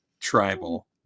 tribal